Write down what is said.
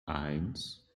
eins